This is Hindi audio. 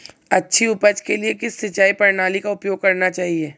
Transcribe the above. अच्छी उपज के लिए किस सिंचाई प्रणाली का उपयोग करना चाहिए?